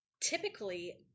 typically